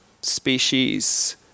species